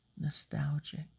Nostalgic